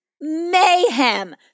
mayhem